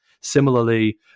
Similarly